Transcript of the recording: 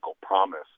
promise